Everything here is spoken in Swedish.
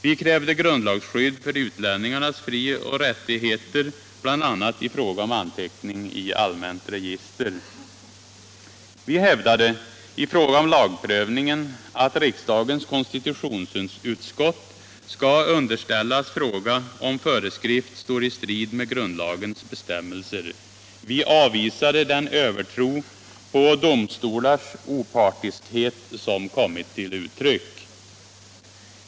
Vi hävdade när det gäller lagprövningen att riksdagens konstitutionsutskott skall underställas fråga om föreskrift står i strid med grundlagens bestämmelser. Vi avvisade den övertro på domstolarnas opartiskhet som kommit till uttryck.